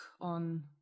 on